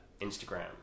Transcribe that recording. Instagram